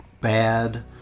bad